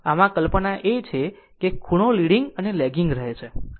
આમ આ કલ્પના છે કે ખૂણો લીડીંગ અને લેગીગ રહે છે